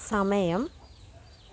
സമയം